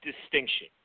distinction